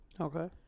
Okay